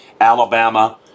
Alabama